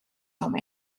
from